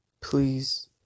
Please